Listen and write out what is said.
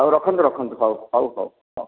ହଉ ରଖନ୍ତୁ ରଖନ୍ତୁ ହଉ ହଉ ହଉ